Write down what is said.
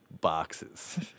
boxes